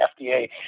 FDA